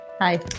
Hi